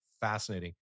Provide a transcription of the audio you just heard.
fascinating